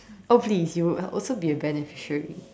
hopefully he would also be a beneficiary